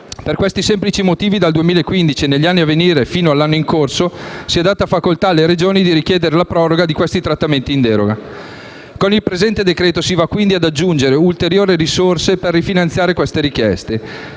Per questi semplici motivi, dal 2015 e negli anni a venire fino all'anno in corso si è data facoltà alle Regioni di richiedere la proroga di questi trattamenti in deroga. Con il presente decreto-legge si vanno, quindi, ad aggiungere ulteriori risorse per rifinanziare queste richieste.